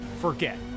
forget